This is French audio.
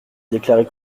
déclarer